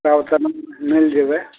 तऽ ओतऽ मिल जेबय